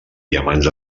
diamants